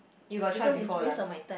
you got try before lah